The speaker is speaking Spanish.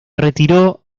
retiró